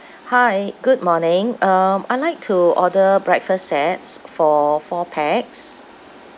hi good morning um I'd like to order breakfast sets for four pax